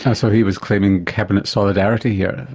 ah so he was claiming cabinet solidarity here?